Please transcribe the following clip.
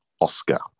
Oscar